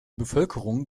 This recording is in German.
bevölkerung